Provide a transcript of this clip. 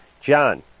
John